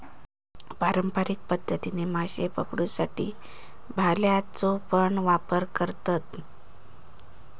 पारंपारिक पध्दतीन माशे पकडुसाठी भाल्याचो पण वापर करतत